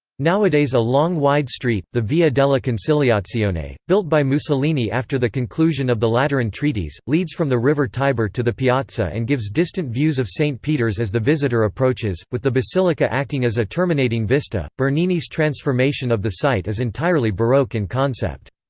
nowadays a long wide street, the via della conciliazione, built by mussolini after the conclusion of the lateran treaties, leads from the river tiber to the piazza and gives distant views of st. peter's as the visitor approaches, with the basilica acting as a terminating vista bernini's transformation of the site is entirely baroque in concept.